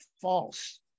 false